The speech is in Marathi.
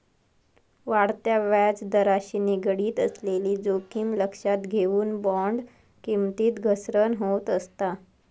वाढत्या व्याजदराशी निगडीत असलेली जोखीम लक्षात घेऊन, बॉण्ड किमतीत घसरण होत असता